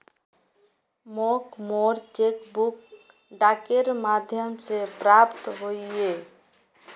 मोक मोर cheque book डाकेर माध्यम से प्राप्त होइए